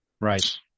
Right